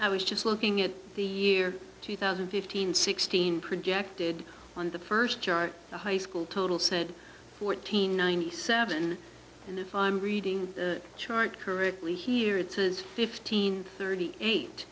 i was just looking at the year two thousand and fifteen sixteen projected on the first chart the high school total said fourteen ninety seven and if i'm reading the chart correctly here it is fifteen thirty eight